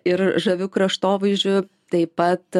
ir žaviu kraštovaizdžiu taip pat